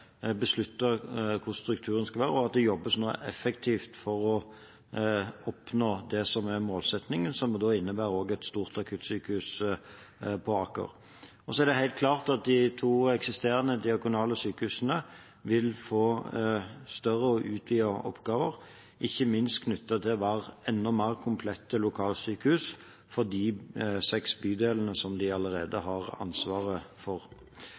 hvordan strukturen skal være, og at det nå jobbes effektivt for å oppnå det som er målsettingen, som også innebærer et stort akuttsykehus på Aker. Så er det helt klart at de to eksisterende diakonale sykehusene vil få større og utvidede oppgaver, ikke minst knyttet til å være enda mer komplette lokalsykehus for de seks bydelene som de allerede har ansvaret for.